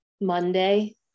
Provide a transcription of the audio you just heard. Monday